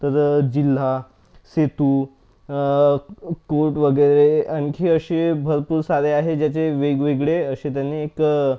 तर जिल्हा सेतू कोर्ट वगैरे आणखी असे भरपूर सारे आहे ज्याचे वेगवेगळे असे त्यांनी एक